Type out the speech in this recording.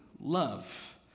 love